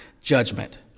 judgment